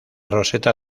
roseta